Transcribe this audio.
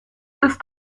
ist